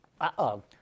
Uh-oh